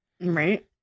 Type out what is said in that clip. Right